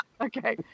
Okay